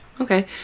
Okay